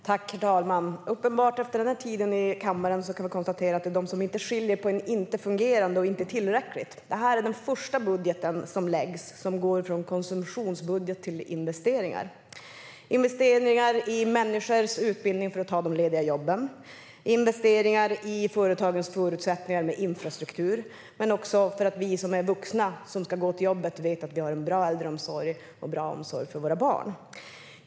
Herr talman! Efter den här tiden i kammaren kan vi konstatera att det finns de som inte skiljer på "inte fungerande" och "inte tillräckligt". Detta är den första budgeten som läggs fram som går från konsumtionsbudget till investeringar. Det handlar om investeringar i människors utbildning för att de ska kunna ta de lediga jobben. Det är investeringar i företagens förutsättningar med infrastruktur. Men det är också investeringar för att vi som är vuxna och ska gå till jobbet ska veta att vi har en bra äldreomsorg och bra omsorg för våra barn.